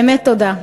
באמת, תודה.